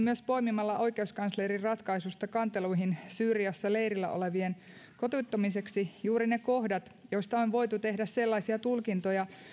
myös poimimalla oikeuskanslerin ratkaisusta kanteluihin syyriassa leirillä olevien kotiuttamiseksi juuri ne kohdat joista on voitu tehdä sellaisia tulkintoja